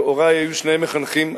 הורי היו שניהם מחנכים,